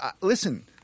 Listen